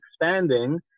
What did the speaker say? expanding